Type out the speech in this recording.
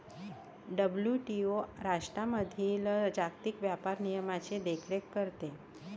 WTO राष्ट्रांमधील जागतिक व्यापार नियमांची देखरेख करते